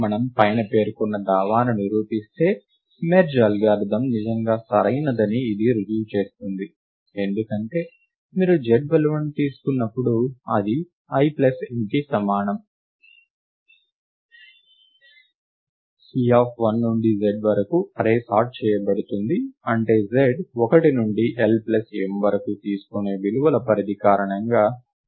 మనము పైన పేర్కొన్న దావాను నిరూపిస్తే మెర్జ్ అల్గారిథమ్ నిజంగా సరైనదని ఇది రుజువు చేస్తుంది ఎందుకంటే మీరు z విలువను తీసుకున్నప్పుడు అది l ప్లస్ mకి సమానం c1 నుండి z వరకు అర్రే సార్ట్ చేయబడుతుంది అంటే z 1 నుండి L ప్లస్ m వరకు తీసుకునే విలువల పరిధి కారణంగా మొత్తం అర్రే సార్ట్ చేయబడుతుంది